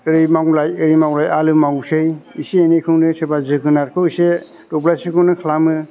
ओरै मावलाय ओरै मावलाय आलो मावसै एसे एनैखौनो सोरबा जोगोनारखौ एसे दब्लायसेखौनो खालामो